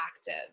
active